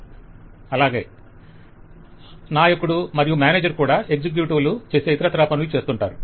vendor అలాగే నాయకుడు మరియు మేనేజర్ కూడా ఎక్సెక్యుటివ్ లు చేసే ఇతరత్రా పనులు చేస్తుంటారు